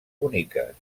boniques